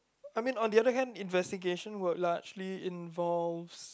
I mean on the other hand investigation would largely involves